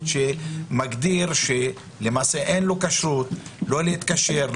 שמגדיר שלמעשה אין לו כשרות להתקשר,